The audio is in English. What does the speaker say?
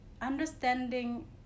understanding